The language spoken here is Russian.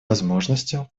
возможностью